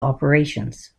operations